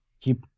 keep